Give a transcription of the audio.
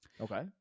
okay